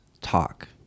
talk